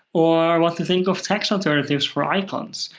or what to think of text alternatives for icons?